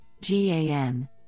GAN